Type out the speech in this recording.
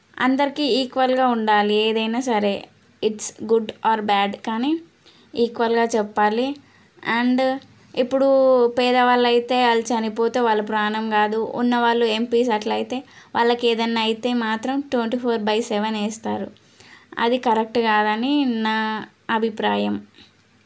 అందరికీ ఈక్వల్గా ఉండాలి ఏదైనా సరే ఇట్స్ గుడ్ ఆర్ బ్యాడ్ కానీ ఈక్వల్గా చెప్పాలి అండ్ ఇప్పుడు పేదవాళ్ళైతే వాళ్ళు చనిపోతే వాళ్ళ ప్రాణం కాదు ఉన్న వాళ్ళు ఏంపీస్ అట్లయితే వాళ్ళకి ఏదన్న అయితే మాత్రం ట్వంటీ ఫోర్ బై సెవెన్ వేస్తారు అది కరెక్ట్ కాదని నా అభిప్రాయం